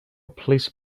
police